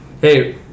Hey